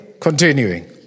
continuing